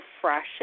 fresh